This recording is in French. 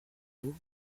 vous